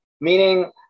meaning